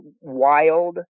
wild